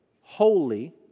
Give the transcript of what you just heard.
holy